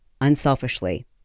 unselfishly